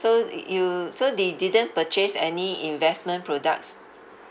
so y~ you so di~ didn't purchase any investment products